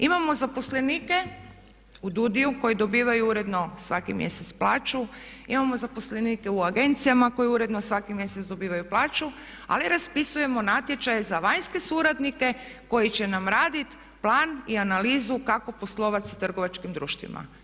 Imamo zaposlenike u DUUDI-u koji dobivaju uredno svaki mjesec plaću, imamo zaposlenike u agencijama koji uredno svaki mjesec dobivaju plaću ali raspisujemo natječaje za vanjske suradnike koji će nam raditi plan i analizu kako poslovati sa trgovačkim društvima.